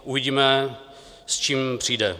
Uvidíme, s čím přijde.